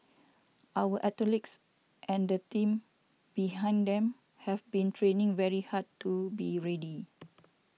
our athletes and the team behind them have been training very hard to be ready